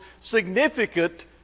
significant